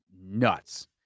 nuts